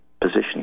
position